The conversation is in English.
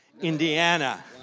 Indiana